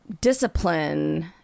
discipline